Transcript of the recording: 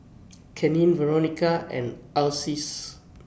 Keenen Veronica and Ulysses